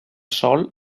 sòl